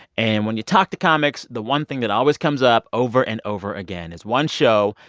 and when you talk to comics, the one thing that always comes up over and over again is one show,